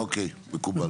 אוקיי, מקובל.